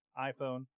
iPhone